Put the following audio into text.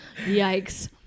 Yikes